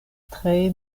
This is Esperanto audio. tre